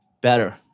better